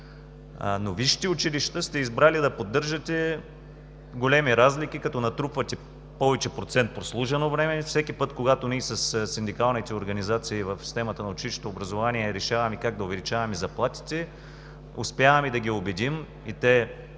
Но висшите училища сте избрали да поддържате големи разлики, като натрупвате повече процент за прослужено време. Всеки път, когато ние със синдикалните организации в системата на училищното образование решаваме как да увеличаваме заплатите, успяваме да ги убедим и те